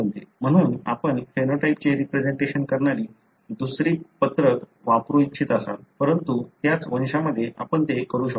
म्हणून आपण फेनोटाइपचे रिप्रेसेंटेशन करणारी दुसरी पत्रक वापरू इच्छित असाल परंतु त्याच वंशासाठी आपण ते करू शकतो